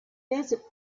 desert